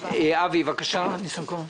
אבי ניסנקורן, בבקשה.